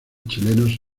chilenos